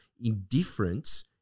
Indifference